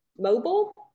mobile